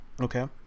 Okay